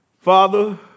Father